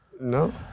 no